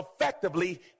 effectively